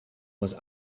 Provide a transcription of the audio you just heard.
was